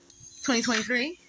2023